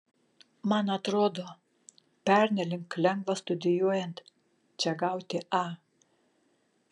man atrodo pernelyg lengva studijuojant čia gauti a